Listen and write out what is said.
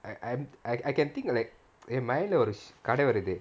I I'm I I can think of like என்:en mind leh ஒரு கடை வருது:oru kadai varuthu